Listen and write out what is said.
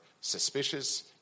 suspicious